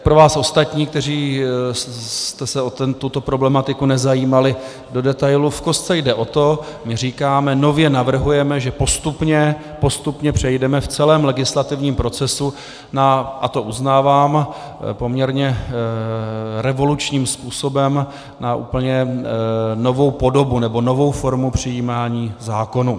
Pro vás ostatní, kteří jste se o tuto problematiku nezajímali do detailu, v kostce jde o to, my říkáme, nově navrhujeme, že postupně přejdeme v celém legislativním procesu, a to uznávám, poměrně revolučním způsobem, na úplně novou podobu, nebo novou formu přijímání zákonů.